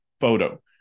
photo